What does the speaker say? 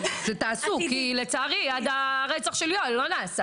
כי לצערי, עד הרצח של יואל לא נעשה.